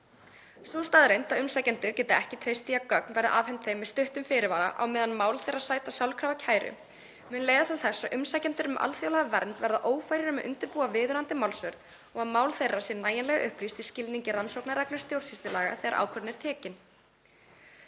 Sú staðreynd að umsækjendur geta ekki treyst því að gögn verði afhend þeim með stuttum fyrirvara á meðan mál þeirra sæta sjálfkrafa kæru, mun leiða til þess að umsækjendur um alþjóðlega vernd verða ófærir um að undirbúa viðunandi málsvörn og að mál þeirra sé nægjanlega upplýst í skilningi rannsóknarreglu stjórnsýslulaga þegar ákvörðun er tekin.